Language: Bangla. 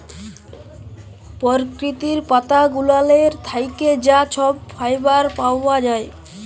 পরকিতির পাতা গুলালের থ্যাইকে যা ছব ফাইবার পাউয়া যায়